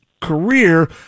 career